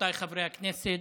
רבותיי חברי הכנסת,